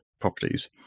properties